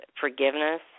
forgiveness